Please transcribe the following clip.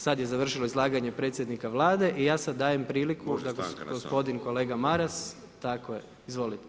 Sada je završio stanka predsjednika Vlade i ja sada dajem priliku, gospodin kolega Maras, tako je, izvolite.